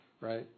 right